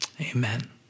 Amen